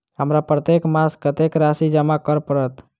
हमरा प्रत्येक मास कत्तेक राशि जमा करऽ पड़त?